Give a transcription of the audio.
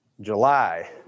July